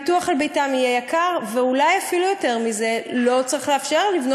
הרי אותו בן-אדם מארסוף שהבית שלו על